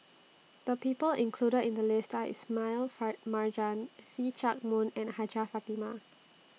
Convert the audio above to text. The People included in The list Are Ismail Marjan See Chak Mun and Hajjah Fatimah